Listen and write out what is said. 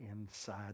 inside